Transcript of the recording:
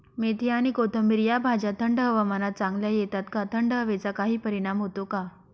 मेथी आणि कोथिंबिर या भाज्या थंड हवामानात चांगल्या येतात का? थंड हवेचा काही परिणाम होतो का?